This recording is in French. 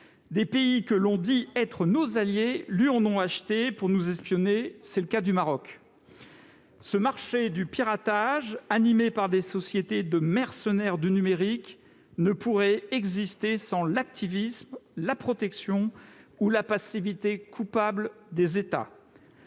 Des pays que l'on dit être nos alliés lui en ont acheté pour nous espionner : c'est le cas du Maroc. Ce marché du piratage, animé par des sociétés de mercenaires du numérique, ne pourrait exister sans l'activisme, la protection ou la passivité coupable des États.